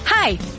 Hi